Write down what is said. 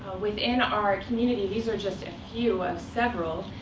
within our community, these are just a few of several.